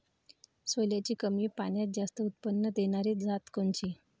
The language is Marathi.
सोल्याची कमी पान्यात जास्त उत्पन्न देनारी जात कोनची?